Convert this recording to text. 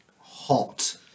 hot